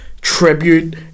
tribute